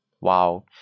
Wow